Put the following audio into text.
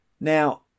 Now